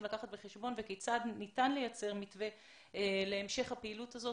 לקחת בחשבון וכיצד ניתן לייצר מתווה להמשך הפעילות הזאת.